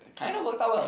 kind of worked out well